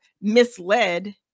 misled